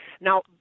Now